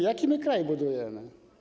Jaki my kraj budujemy?